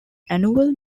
annual